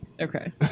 Okay